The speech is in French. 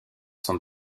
sont